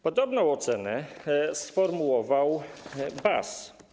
Podobną ocenę sformułował BAS.